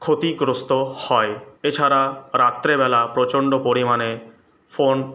ক্ষতিগ্রস্ত হয় এছাড়া রাত্রেবেলা প্রচন্ড পরিমাণে ফোন